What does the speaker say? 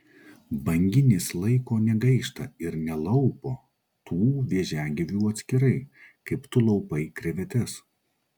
banginis laiko negaišta ir nelaupo tų vėžiagyvių atskirai kaip tu laupai krevetes